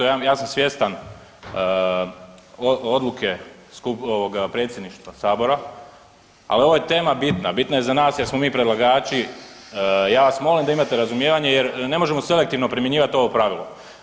Ja sam svjestan odluke Predsjedništva Sabora, ali ova je tema bitna, bitna je za nas jer smo mi predlagači, ja vas molim da imate razumijevanja jer ne možemo selektivno primjenjivati ovo pravilo.